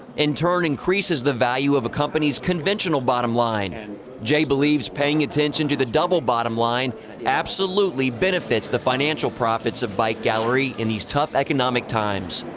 in turn increases the value of a company's conventional bottom line. line. and jay believes paying attention to the double bottom line absolutely benefits the financial profits of bike gallery in these tough economic times.